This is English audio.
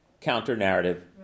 counter-narrative